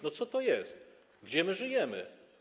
No co to jest, gdzie my żyjemy?